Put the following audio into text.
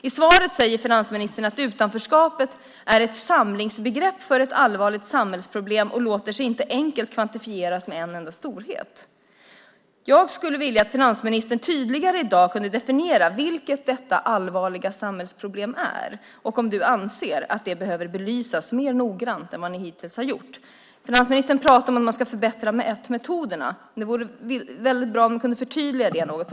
I svaret säger finansministern att utanförskapet är ett samlingsbegrepp för ett allvarligt samhällsproblem och det låter sig inte enkelt kvantifieras med en enda storhet. Jag skulle vilja att finansministern i dag tydligare kunde definiera vilket detta allvarliga samhällsproblem är och om han anser att det behöver belysas mer noggrant än ni hittills gjort. Finansministern talar om att man ska förbättra mätmetoderna. Det vore bra om ni kunde förtydliga det.